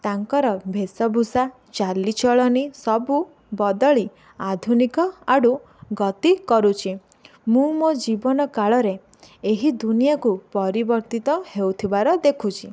ତାଙ୍କର ବେଶଭୂଷା ଚାଲିଚଳଣି ସବୁ ବଦଳି ଆଧୁନିକ ଆଡ଼ୁ ଗତି କରୁଛି ମୁଁ ମୋ' ଜୀବନ କାଳରେ ଏହି ଦୁନିଆକୁ ପରିବର୍ତ୍ତିତ ହେଉଥିବାର ଦେଖୁଛି